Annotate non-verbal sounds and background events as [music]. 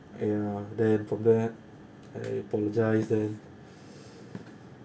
ya then from there I apologise then [breath]